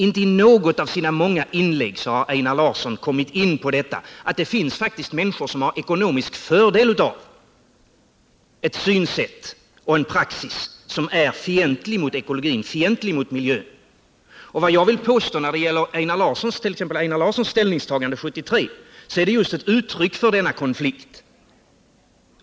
Inte i något av sina många inlägg har Einar Larsson kommit in på att det faktiskt finns människor som har ekonomisk fördel av giftspridningen, ett synsätt och en praxis som är fientlig mot ekologin och miljön. Einar Larssons ställningstagande 1973 är just ett uttryck för denna konflikt.